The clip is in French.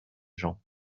gens